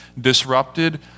disrupted